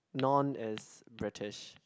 non is British